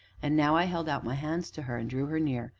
and now i held out my hands to her, and drew her near,